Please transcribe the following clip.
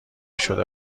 شده